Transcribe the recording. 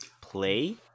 play